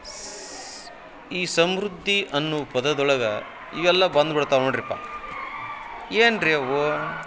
ಸ್ ಈ ಸಮೃದ್ಧಿ ಅನ್ನುವ ಪದದೊಳಗೆ ಇವೆಲ್ಲ ಬಂದ್ಬಿಡ್ತಾವೆ ನೋಡಿರಿಪ್ಪ ಏನು ಅವು